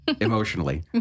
Emotionally